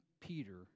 Peter